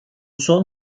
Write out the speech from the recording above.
son